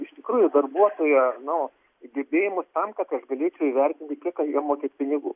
iš tikrųjų darbuotojo nu gebėjimus tam kad aš galėčiau įvertinti kiek jam mokėt pinigų